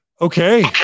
Okay